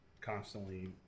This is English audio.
constantly